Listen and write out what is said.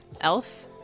Elf